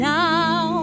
now